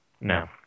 No